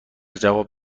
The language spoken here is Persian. جواب